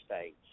states